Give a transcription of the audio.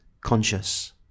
conscious